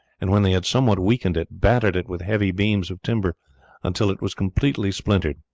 and when they had somewhat weakened it, battered it with heavy beams of timber until it was completely splintered.